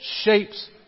shapes